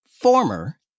former